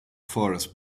forest